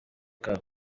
kabo